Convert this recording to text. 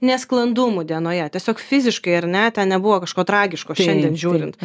nesklandumų dienoje tiesiog fiziškai ar ne ten nebuvo kažko tragiško šiandien žiūrint